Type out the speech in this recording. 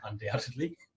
Undoubtedly